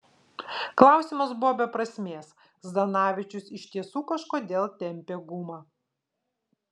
klausimas buvo be prasmės zdanavičius iš tiesų kažkodėl tempė gumą